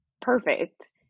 perfect